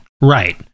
Right